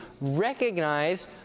recognize